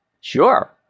Sure